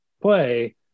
play